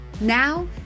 Now